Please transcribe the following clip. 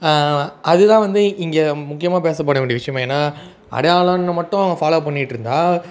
அதுதான் வந்து இங்கே முக்கியமாக பேசப்பட வேண்டிய விஷயமே ஏன்னா அடையாளம்னு மட்டும் ஃபாலோ பண்ணிட்டுருந்தா